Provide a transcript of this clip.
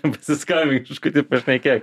pasiskambink biškutį pašnekėk